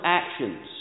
actions